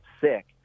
sick